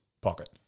pocket